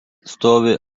stovi